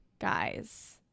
guys